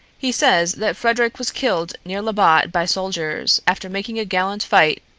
he says that frederic was killed near labbot by soldiers, after making a gallant fight,